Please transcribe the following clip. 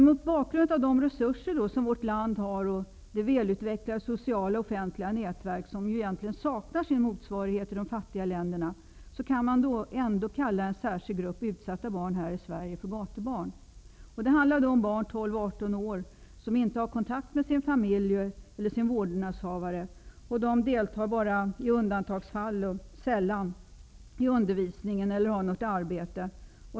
Mot bakgrund av de resurser som vårt land har och det välutvecklade sociala och offentliga nätverk som det egentligen saknas motsvarighet till i de fattiga länderna kan man ändå kalla en särskild grupp utsatta barn här i Sverige för gatubarn. Det handlar om barn mellan 12 och 18 år som inte har någon kontakt med sin familj eller vårdnadshavare. De deltar bara i undantagsfall eller sällan i undervisningen eller har något arbete.